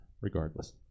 regardless